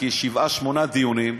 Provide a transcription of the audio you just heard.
כשבעה-שמונה דיונים,